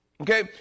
okay